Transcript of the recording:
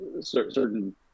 certain